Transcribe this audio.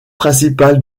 principal